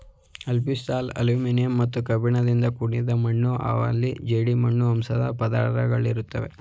alfisol aluminium ಮತ್ತು ಕಬ್ಬಿಣದಿಂದ ಕೂಡಿದ ಮಣ್ಣು ಅವಲ್ಲಿ ಜೇಡಿಮಣ್ಣಿನ ಅಂಶದ್ ಪದರುಗಳಿರುತ್ವೆ